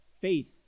faith